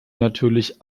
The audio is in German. natürlich